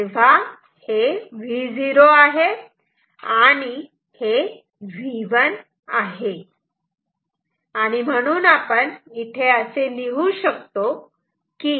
तेव्हा हे Vo आहे आणि हे V1 आहे